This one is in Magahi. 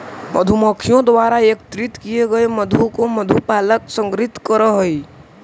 मधुमक्खियों द्वारा एकत्रित किए गए मधु को मधु पालक संग्रहित करअ हई